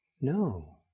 No